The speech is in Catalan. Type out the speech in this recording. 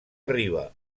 arriba